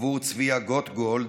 עבור צביה גוטגולד,